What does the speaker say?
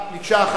מקשה אחת,